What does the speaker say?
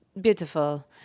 beautiful